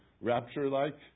rapture-like